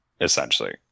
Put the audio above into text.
Essentially